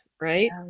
Right